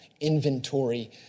inventory